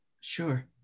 Sure